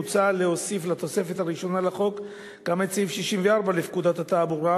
מוצע להוסיף לתוספת הראשונה לחוק גם את סעיף 64 לפקודת התעבורה,